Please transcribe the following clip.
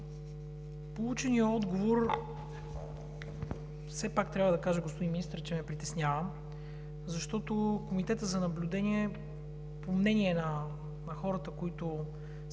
Полученият отговор все пак трябва да кажа, господин Министър, че ме притеснява, защото Комитетът за наблюдение по мнение на хората, които са